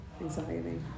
Anxiety